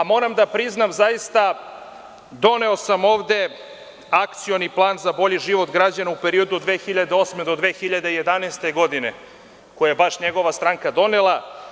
Moram da priznam zaista, doneo sam ovde akcioni plan za bolji život građana u periodu od 2008. do 2011. godine, koji je baš njegova stranka donela.